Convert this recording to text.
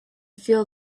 feel